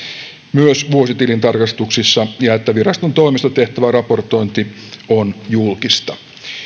myös vuositilintarkastuksissa ja että viraston toimesta tehtävä raportointi on julkista